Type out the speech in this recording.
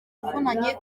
ivunanye